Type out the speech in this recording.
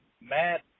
Matt